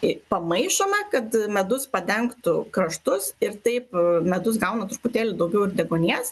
į pamaišome kad medus padengtų kraštus ir taip medus gauna truputėlį daugiau ir deguonies